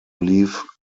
leave